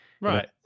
Right